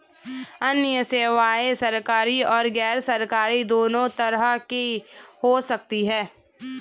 अन्य सेवायें सरकारी और गैरसरकारी दोनों तरह की हो सकती हैं